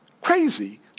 crazy